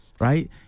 Right